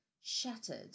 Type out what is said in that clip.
shattered